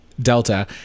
delta